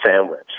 sandwich